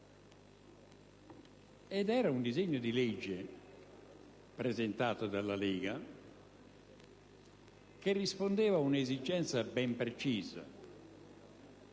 di un disegno di legge, presentato dalla Lega, che rispondeva ad un'esigenza ben precisa: